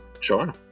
Sure